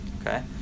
Okay